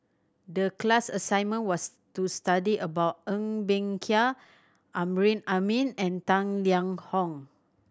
the class assignment was to study about Ng Bee Kia Amrin Amin and Tang Liang Hong